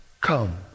come